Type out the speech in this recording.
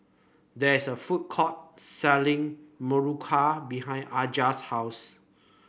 there is a food court selling muruku behind Aja's house